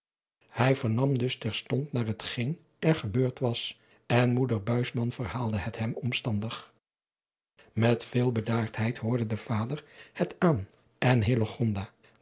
hij vernam dus terstond naar hetgeen er gebeurd was en moeder buisman verhaalde het hem omstandig met veel bedaardheid hoorde de vader het aan en